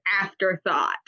afterthought